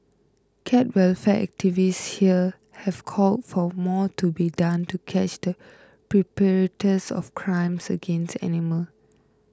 cat welfare activists here have called for more to be done to catch the perpetrators of crimes against animal